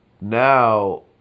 now